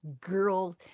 girl